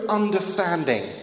understanding